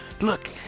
look